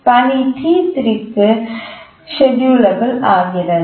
பணி T3 க்கும் schedulable ஆகிறது